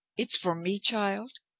it's for me, child?